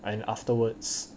and afterwards